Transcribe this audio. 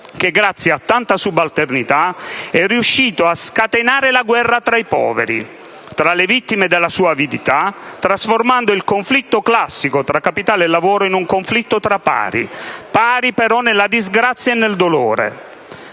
che grazie a tanta subalternità è riuscito a scatenare la guerra tra poveri, tra le vittime della sua avidità, trasformando il conflitto classico tra capitale e lavoro in un conflitto tra pari: pari, però, nella disgrazia e nel dolore.